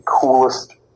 coolest